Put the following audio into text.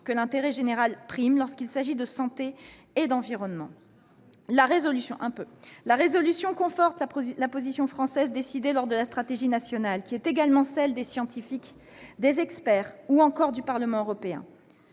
que l'intérêt général prime lorsqu'il s'agit de santé et d'environnement. Pas seulement ! La résolution conforte la position française décidée lors de la stratégie nationale, qui est également celle des scientifiques, des experts, ou encore du Parlement européen.